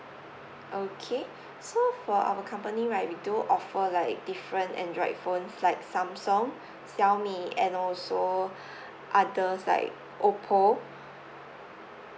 okay so for our company right we do offer like different android phones like samsung xiaomi and also others like oppo